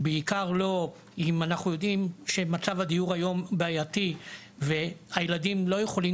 בעיקר לא אם אנחנו יודעים שמצב הדיור היום בעייתי והילדים לא יכולים,